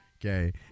Okay